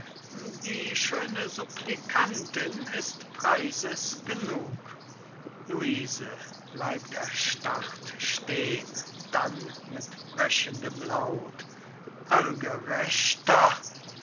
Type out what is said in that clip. die schöne supplicantin ist preises genug luise bleibt erstarrt stehen dann mit brechendem laut allgerechter